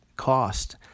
cost